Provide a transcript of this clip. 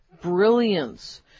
brilliance